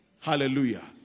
hallelujah